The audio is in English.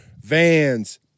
Vans